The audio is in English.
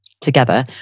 Together